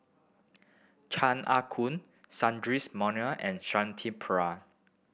Chan Ah Kow Sundaresh Menon and Shanti Pereira